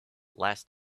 last